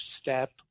step